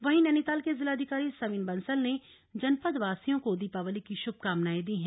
वहीं नैनीताल के जिलाधिकारी सविन बंसल ने जनपदवासियों को दीपावली को शुभकामनाएं दी हैं